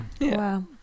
Wow